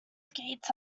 skates